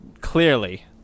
clearly